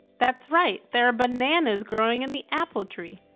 that's right there are bananas growing in the apple tree.